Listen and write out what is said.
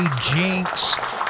Jinx